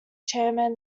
chairman